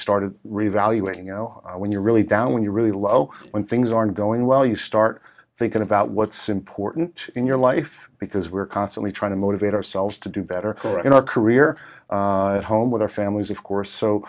started revaluing you know when you're really down when you're really low when things aren't going well you start thinking about what's important in your life because we're constantly trying to motivate ourselves to do better in our career at home with our families of course so